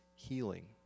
healing